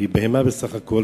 הרי היא בהמה בסך הכול,